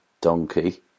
donkey